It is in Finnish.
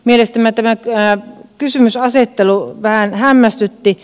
mielestämme tämä kysymyksenasettelu vähän hämmästytti